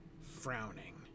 frowning